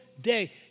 day